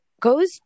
goes